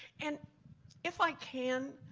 and if i can,